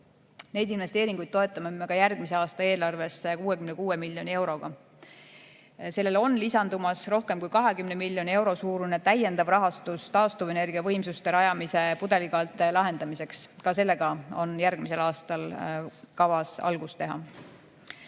Neid investeeringuid toetame me järgmise aasta eelarves 166 miljoni euroga. Sellele on lisandumas rohkem kui 20 miljoni euro suurune täiendav rahastus taastuvenergiavõimsuste rajamise pudelikaelte lahendamiseks. Ka sellega on järgmisel aastal kavas algust